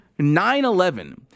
9-11